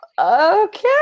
okay